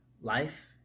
Life